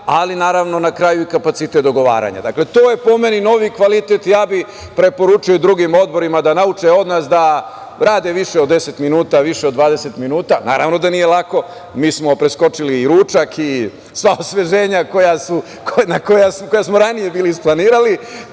ali naravno na kraju i kapacitet dogovaranja. Dakle, to je, po meni, novi kvalitet. Ja bih preporučio i drugim odborima da nauče od nas da rade više od 10 minuta, više od 20 minuta. Naravno da nije lako. Mi smo preskočili i ručak i sva osveženja koja smo ranije bili isplanirali,